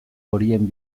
horien